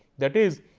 that is,